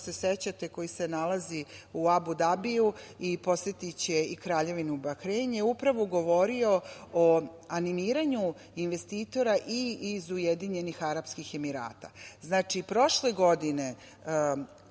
ako se sećate koji se nalazi u Abu Dabiju i posetiće i Kraljevinu Bahrein, upravo govorio o animiranju investitora i iz UAE. Znači, prošle godine